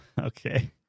Okay